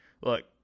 look